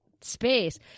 space